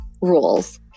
rules